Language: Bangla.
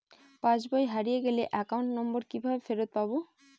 পাসবই হারিয়ে গেলে অ্যাকাউন্ট নম্বর কিভাবে ফেরত পাব?